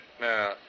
Now